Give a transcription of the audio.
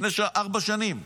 לפני ארבע שנים.